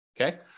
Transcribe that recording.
Okay